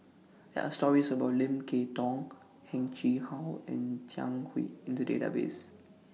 There Are stories about Lim Kay Tong Heng Chee How and Jiang Hu in The Database